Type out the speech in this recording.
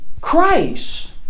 Christ